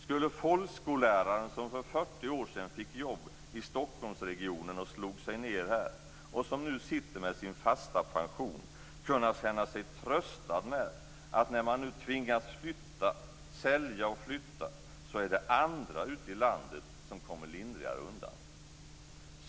Skulle folkskolläraren som för 40 år sedan fick jobb i Stockholmsregionen och slog sig ned här och som nu sitter med sin fasta pension kunna känna sig tröstad med att när man nu tvingas sälja och flytta är det andra ute i landet som kommer lindrigare undan?